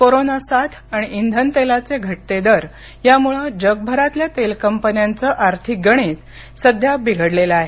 corona साथ आणि इंधन तेलाचे घटते दर यामुळे जगभरातल्या तेल कंपन्यांचं आर्थिक गणित सध्या बिघडलेलं आहे